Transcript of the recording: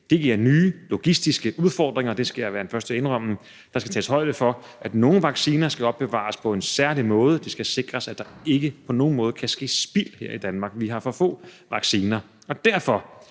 Det giver nye logistiske udfordringer, det skal jeg være den første til at indrømme. Der skal tages højde for, at nogle vacciner skal opbevares på en særlig måde, og det skal sikres, at der ikke på nogen måde kan ske spild her i Danmark. Vi har for få vacciner. Derfor